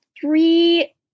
three